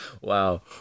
Wow